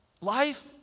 Life